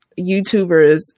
YouTubers